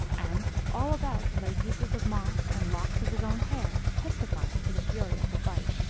and all about lay pieces of moss and locks of his own hair, testifying to the fury of the fight.